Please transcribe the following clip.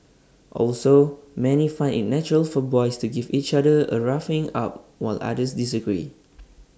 also many find IT natural for boys to give each other A roughening up while others disagree